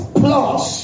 plus